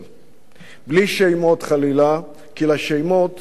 בלי שמות חלילה, כי לשמות יש פנים.